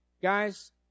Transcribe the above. Guys